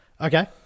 Okay